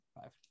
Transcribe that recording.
Five